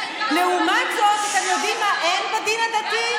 לעומת זאת, אתם יודעים מה אין בדין הדתי?